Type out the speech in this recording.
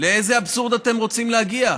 לאיזה אבסורד אתם רוצים להגיע?